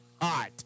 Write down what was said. hot